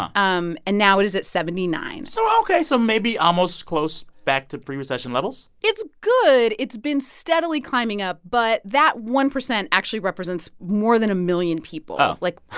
ah um and now it is at seventy nine point so ok. so maybe almost close back to prerecession levels it's good. it's been steadily climbing up. but that one percent actually represents more than a million people oh like,